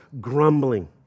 grumbling